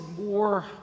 more